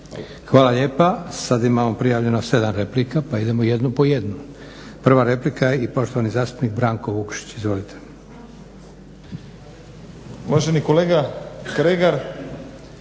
Hvala lijepa. Sad imamo prijavljeno 7 replika, pa idemo jednu po jednu. Prva replika i poštovani zastupnik Branko Vukšić. Izvolite. **Vukšić, Branko